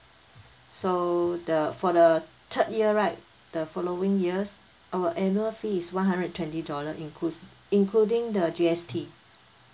so the for the third year right the following years our annual fee is one hundred twenty dollar inclus~ including the G_S_T